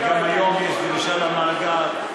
וגם היום יש דרישה למאגר.